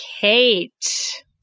Kate